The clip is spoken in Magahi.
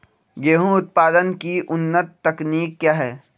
गेंहू उत्पादन की उन्नत तकनीक क्या है?